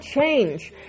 change